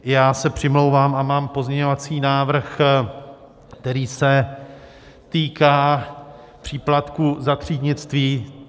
Já se přimlouvám a mám pozměňovací návrh, který se týká příplatku za třídnictví.